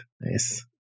Nice